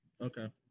Okay